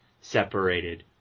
separated